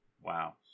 Wow